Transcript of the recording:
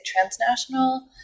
transnational